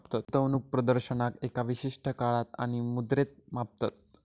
गुंतवणूक प्रदर्शनाक एका विशिष्ट काळात आणि मुद्रेत मापतत